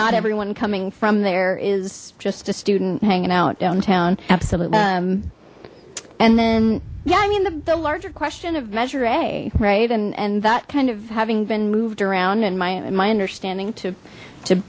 not everyone coming from there is just a student hanging out downtown absolutely and then yeah i mean the larger question of measure a right and and that kind of having been moved around and my and my understanding to to